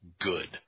good